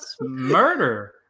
murder